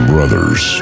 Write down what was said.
Brothers